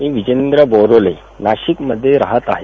मी विजेंद्र बोरोले नाशिकमध्ये राहात आहे